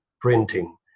printing